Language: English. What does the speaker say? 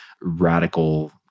radical